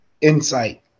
insight